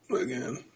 again